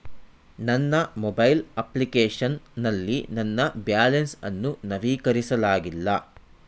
ನನ್ನ mobile application ನಲ್ಲಿ ನನ್ನ ಬ್ಯಾಲೆನ್ಸ್ ಅನ್ನು ನವೀಕರಿಸಲಾಗಿಲ್ಲ